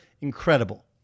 incredible